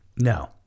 No